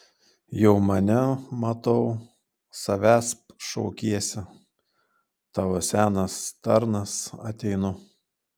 jau mane matau savęsp šaukiesi tavo senas tarnas ateinu